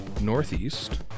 northeast